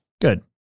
Good